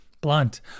Blunt